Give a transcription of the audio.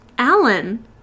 Alan